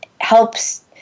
helps